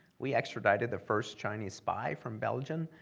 we extradited the first chinese spy from belgium